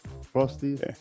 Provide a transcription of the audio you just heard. frosty